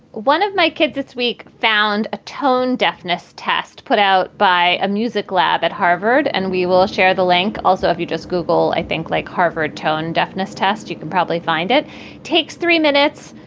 one of my kids this week found a tone deafness test put out by a music lab at harvard. and we will share the link. also, if you just google, i think, like harvard. tone deafness test, you can probably find it takes three minutes.